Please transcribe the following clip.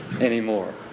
anymore